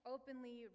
Openly